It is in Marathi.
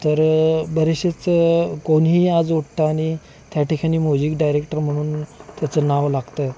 तर बरेचशेच कोणीही आज उठतं आणि त्या ठिकाणी मुझिक डायरेक्टर म्हणून त्याचं नाव लागतं